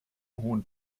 hohen